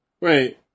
Wait